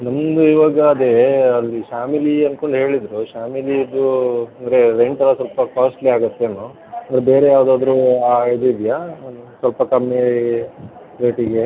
ನಮ್ದು ಇವಾಗ ಅದೇ ಅಲ್ಲಿ ಶ್ಯಾಮಿಲಿ ಅನ್ಕೊಂಡು ಹೇಳಿದರು ಶ್ಯಾಮಿಲಿದು ಅಂದರೆ ರೆಂಟ್ ಎಲ್ಲ ಸ್ವಲ್ಪ ಕಾಸ್ಟ್ಲಿ ಆಗುತ್ತೇನೋ ಬೇರೆ ಯಾವುದಾದ್ರು ಆ ಇದು ಇದೆಯಾ ಸ್ವಲ್ಪ ಕಮ್ಮಿ ರೇಟಿಗೆ